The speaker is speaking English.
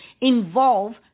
involve